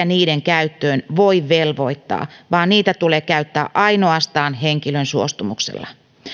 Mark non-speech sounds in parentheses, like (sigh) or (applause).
(unintelligible) niiden käyttöön voi velvoittaa vaan niitä tulee käyttää ainoastaan henkilön suostumuksella